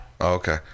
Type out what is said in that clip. Okay